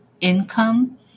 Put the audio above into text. income